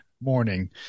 morning